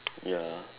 ya